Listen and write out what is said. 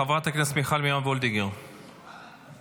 חברת הכנסת מיכל מרים וולדיגר, מדברת?